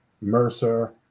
Mercer